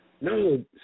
No